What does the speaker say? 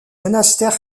monastères